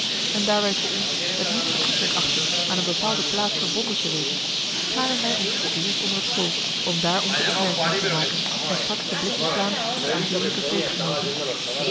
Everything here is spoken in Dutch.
en daar wij voor ons het niet verkieslijk achten aan eene bepaalde plaats verbonden te wezen scharen wij ons vooreerst onder het volk om daar onze opmerkingen te maken en straks den blik te slaan op de aanzienlijke